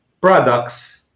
products